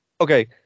Okay